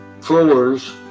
floors